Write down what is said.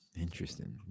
Interesting